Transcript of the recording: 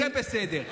זה בסדר.